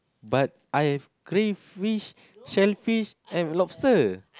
but I have crayfish shellfish and lobster